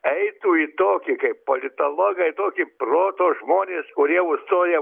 eitų į tokį kaip politologai tokį proto žmonės kurie užstoja